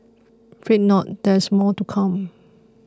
fret not there is more to come